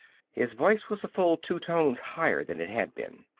his voice was a full two tones higher than it had been.